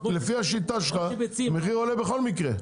לפי השיטה שלך, המחיר עולה בכל מקרה.